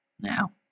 now